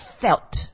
felt